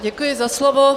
Děkuji za slovo.